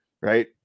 Right